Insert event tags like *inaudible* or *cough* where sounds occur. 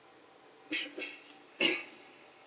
*coughs*